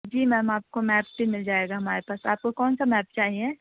جی ma'am آپ کو map بھی مل جائے گا ہمارے پاس آپ کو کون سا میپ چاہیے